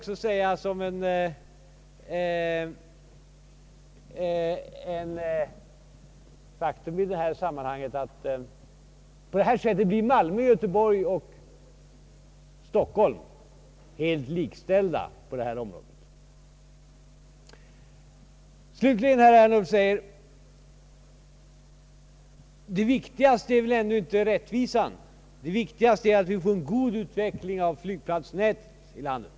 Som ett faktum i detta sammanhang kan jag också nämna att på detta sätt blir Malmö, Göteborg och Stockholm helt likställda på detta område. Herr Ernulf säger att det viktigaste väl ändå inte är rättvisan utan en god utveckling av flygplatsnätet här i landet.